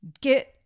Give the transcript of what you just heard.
get